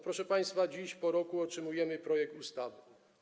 Proszę państwa, dziś po roku otrzymujemy projekt ustawy.